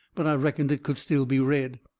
but i reckoned it could still be read.